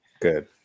Good